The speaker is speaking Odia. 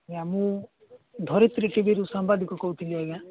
ଆଜ୍ଞା ମୁଁ ଧରିତ୍ରୀ ଟିଭିରୁ ସମ୍ବାଦିକ କହୁଥିଲି ଆଜ୍ଞା